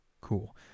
cool